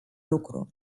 lucru